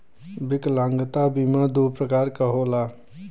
विकलागंता बीमा दू प्रकार क होला